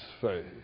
face